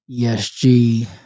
ESG